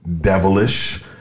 devilish